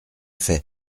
fait